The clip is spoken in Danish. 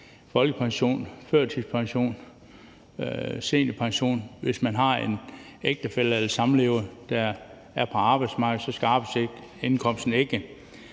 folkepension, førtidspension eller seniorpension, hvis man har en ægtefælle eller samlever, der er på arbejdsmarkedet. Så skal arbejdsindkomsten ikke